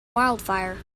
wildfire